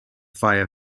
fire